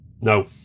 No